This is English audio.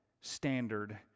standard